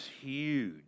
huge